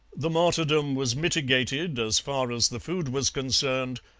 the martyrdom was mitigated, as far as the food was concerned,